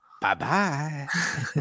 Bye-bye